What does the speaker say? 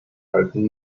halten